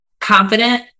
confident